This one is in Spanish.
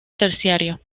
terciario